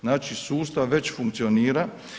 Znači sustav već funkcionira.